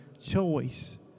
choice